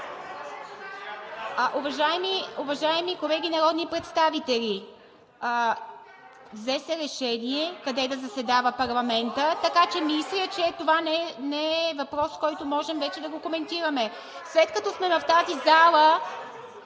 Уважаеми колеги народни представители, взе се решение къде да заседава парламентът, така че мисля, че това не е въпрос, който можем вече да коментираме. (Шум и реплики от